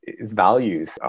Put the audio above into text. values